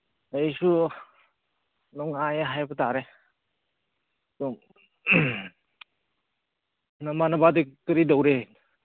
ꯑꯩꯁꯨ ꯅꯨꯡꯉꯥꯏ ꯍꯥꯏꯕ ꯇꯥꯔꯦ ꯁꯨꯝ ꯅꯃꯥꯟꯅꯕꯗꯤ ꯀꯔꯤ ꯇꯧꯔꯤ